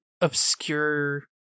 obscure